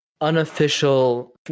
unofficial